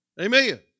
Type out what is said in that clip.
Amen